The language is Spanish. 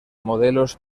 modelos